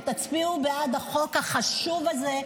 תצביעו בעד החוק החשוב הזה,